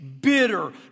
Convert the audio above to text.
bitter